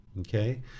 Okay